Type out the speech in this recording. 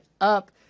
up